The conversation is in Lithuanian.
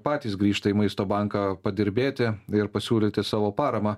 patys grįžta į maisto banką padirbėti ir pasiūlyti savo paramą